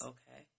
Okay